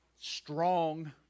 strong